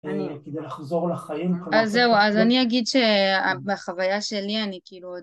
כדי לחזור לחיים. אז זהו, אז אני אגיד שבחוויה שלי אני כאילו עוד